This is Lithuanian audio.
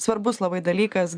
svarbus labai dalykas